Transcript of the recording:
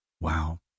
Wow